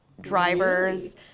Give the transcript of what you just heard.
drivers